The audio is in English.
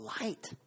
light